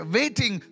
waiting